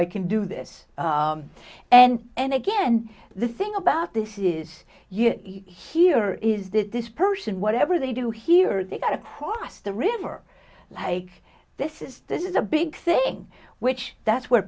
i can do this and and again the thing about this is here is that this person whatever they do here they got across the river like this is this is a big thing which that's where